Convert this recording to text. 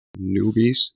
newbies